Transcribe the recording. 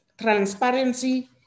transparency